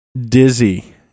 Dizzy